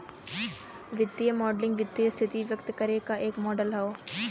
वित्तीय मॉडलिंग वित्तीय स्थिति व्यक्त करे क एक मॉडल हौ